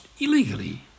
illegally